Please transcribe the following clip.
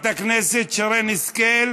אני לא רואה, חברת הכנסת שרן השכל,